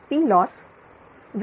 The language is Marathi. Ploss 0